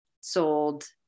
sold